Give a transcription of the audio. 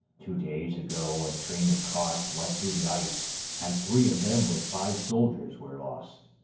two days ago a train of carts went through the ice and three of them with five soldiers were lost.